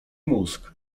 mózg